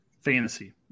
Fantasy